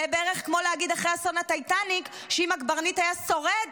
זה בערך כמו להגיד אחרי אסון הטיטניק שאם הקברניט היה שורד,